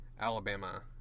Alabama